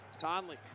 Conley